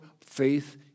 faith